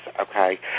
okay